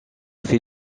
fait